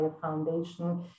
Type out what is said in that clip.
foundation